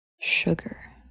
sugar